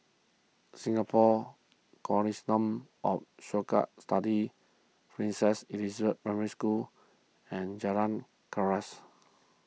Singapore Consortium of Cohort Studies Princess Elizabeth Primary School and Jalan Unggas